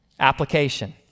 Application